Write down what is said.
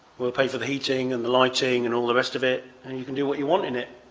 we'll pay for the heating and the lighting and all the rest of it and you can do what you want in it.